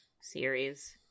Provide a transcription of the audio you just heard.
series